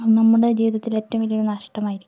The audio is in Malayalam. അത് നമ്മുടെ ജീവിതത്തിലെ ഏറ്റവും വലിയൊരു നഷ്ട്ടമായിരിക്കും